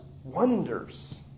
Wonders